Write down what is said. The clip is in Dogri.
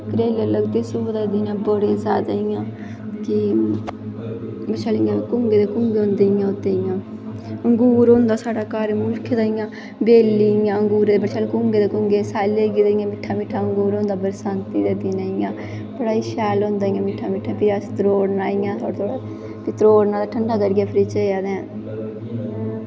करेले लगदे सोहै दे दिनैं बड़े जैदा इ'यां ते कुंगे दे कुंगे होंदे इ'यां अंगूर होंदा साढ़े घर मुल्खें दे इ'यां बेल्लां दे कुंगे दे कुंगे सैल्ले इ'यां मुल्ख होंदे बरसांती दै दिनैं इ'यां बड़ा शैल होंदा मिट्ठा मिट्ठा फ्ही असें त्रोड़ना इ'यां त्रोड़ना फ्ही ठंडा करियै इ'यां